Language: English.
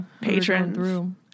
Patrons